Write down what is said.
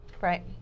Right